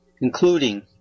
including